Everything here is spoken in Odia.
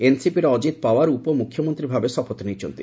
ଏନ୍ସିପିର ଅଜିତ ପାୱାର ଉପମୁଖ୍ୟମନ୍ତ୍ରୀ ଭାବେ ଶପଥ ନେଇଛନ୍ତି